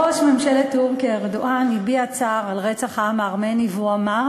ראש ממשלת טורקיה ארדואן הביע צער על רצח העם הארמני והוא אמר,